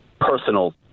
personal